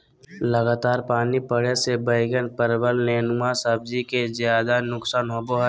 लगातार पानी पड़े से बैगन, परवल, नेनुआ सब्जी के ज्यादा नुकसान होबो हइ